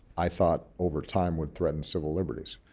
i thought over time would threaten civil liberties.